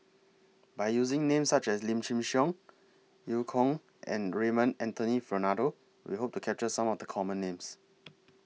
By using Names such as Lim Chin Siong EU Kong and Raymond Anthony Fernando We Hope capture Some of The Common Names